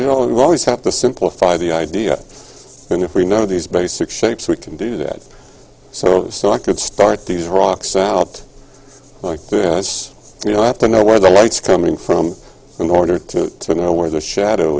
we're always have to simplify the idea and if we know these basic shapes we can do that so so i could start these rocks out like you know i have to know where the lights coming from and order to know where the shadow